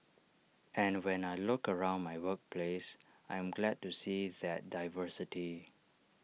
and when I look around my workplace I am glad to see that diversity